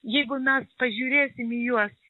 jeigu mes pažiūrėsim į juos